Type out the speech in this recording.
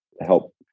help